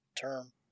term